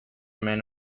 man